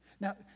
Now